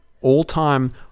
all-time